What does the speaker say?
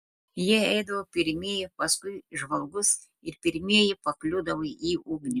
jie eidavo pirmieji paskui žvalgus ir pirmieji pakliūdavo į ugnį